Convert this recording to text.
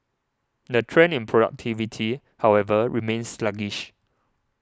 the trend in productivity however remains sluggish